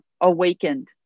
awakened